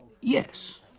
Yes